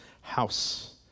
house